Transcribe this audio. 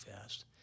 fast